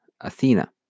Athena